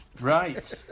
right